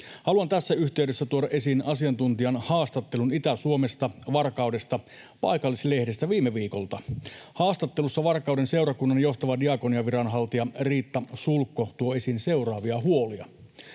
Haluan tässä yhteydessä tuoda esiin asiantuntijan haastattelun Itä-Suomesta Varkaudesta paikallislehdestä viime viikolta. Haastattelussa Varkauden seurakunnan johtava diakoniaviranhaltija Riitta Sulkko toi esiin seuraavia huolia: